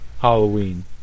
Halloween